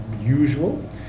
usual